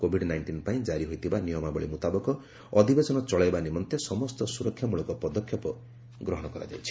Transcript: Covid nineteen ପାଇଁ କାରି ହୋଇଥିବା ନିୟମାବଳୀ ମୁତାବକ ଅଧିବେଶନ ଚଳାଇବା ନିମନ୍ତେ ସମସ୍ତ ସୁରକ୍ଷାମୂଳକ ପଦକ୍ଷେପ ଗ୍ରହଣ କରାଯାଇଛି